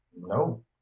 No